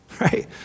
Right